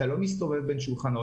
אתה לא מסתובב בין שולחנות.